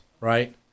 right